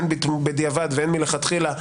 הן בדיעבד והן מלכתחילה,